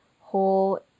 whole